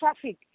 traffic